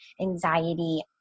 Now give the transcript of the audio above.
anxiety